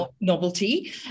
novelty